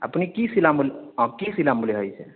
আপুনি কি চিলাম অ' কি চিলাম বুলি ভাবিছে